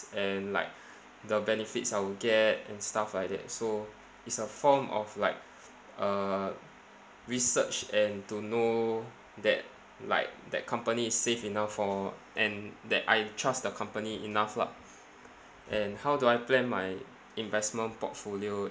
and like the benefits I will get and stuff like that so it's a form of like uh research and to know that like that company is safe enough for and that I trust the company enough lah and how do I plan my investment portfolio